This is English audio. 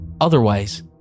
Otherwise